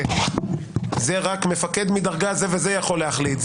זה רק מפקד מדרגה זה וזה יכול להחליט,